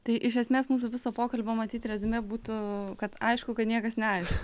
tai iš esmės mūsų viso pokalbio matyt reziumė būtų kad aišku kad niekas neaišku